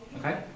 Okay